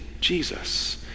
Jesus